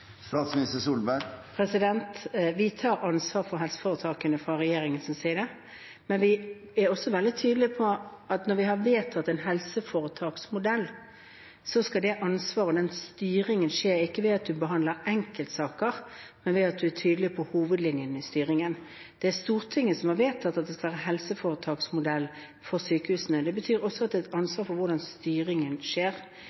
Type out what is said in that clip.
Vi tar ansvar for helseforetakene fra regjeringens side, men vi er også veldig tydelige på at når vi har vedtatt en helseforetaksmodell, skal ansvaret og styringen skje ikke ved at man behandler enkeltsaker, men ved at man er tydelig på hovedlinjene i styringen. Det er Stortinget som har vedtatt at det skal være en helseforetaksmodell for sykehusene. Det betyr også å ta et